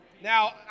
Now